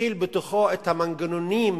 מכיל בתוכו את המנגנונים